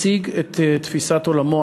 הציג את תפיסת עולמו.